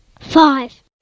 Five